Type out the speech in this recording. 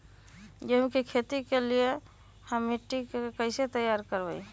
गेंहू की खेती के लिए हम मिट्टी के कैसे तैयार करवाई?